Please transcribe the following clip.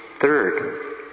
Third